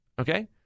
Okay